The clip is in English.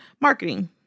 marketing